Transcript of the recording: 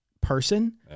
person